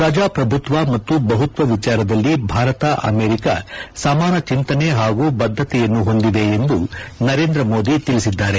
ಪ್ರಜಾಪ್ರಭುತ್ವ ಮತ್ತು ಬಹುತ್ವ ವಿಚಾರದಲ್ಲಿ ಭಾರತ ಅಮೆರಿಕ ಸಮಾನ ಚೆಂತನೆ ಪಾಗೂ ಬದ್ಧತೆಯನ್ನು ಹೊಂದಿವೆ ಎಂದು ನರೇಂದ್ರ ಮೋದಿ ತಿಳಿಸಿದ್ದಾರೆ